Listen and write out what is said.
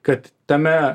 kad tame